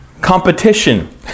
competition